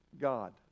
God